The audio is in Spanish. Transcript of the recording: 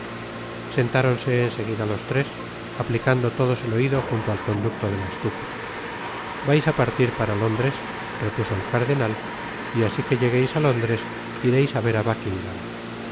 sentáronse en seguida los tres aplicando todos el oido unto al conducto de la estufa vais á partir para lóndres repuso el cardenal y asi que llegueis á lóndres ireis á ver á buckingam